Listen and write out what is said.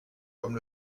comme